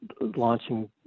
launching